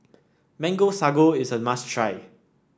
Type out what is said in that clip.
Mango Sago is a must try